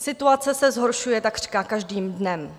Situace se zhoršuje takřka každým dnem.